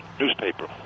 newspaper